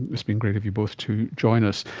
it's been great of you both to join us.